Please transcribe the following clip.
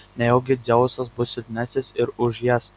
nejaugi dzeusas bus silpnesnis ir už jas